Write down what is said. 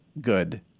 good